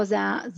פה זה הנציב,